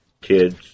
kids